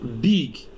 big